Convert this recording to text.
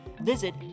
visit